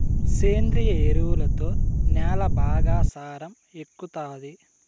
సేంద్రియ ఎరువుతో న్యాల బాగా సారం ఎక్కుతాది